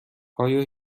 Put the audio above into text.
آیا